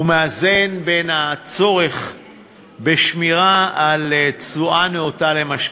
הוא מאזן בין הצורך בשמירה על תשואה נאותה למשקיעים,